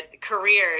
career